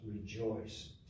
rejoice